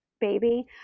baby